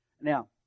Now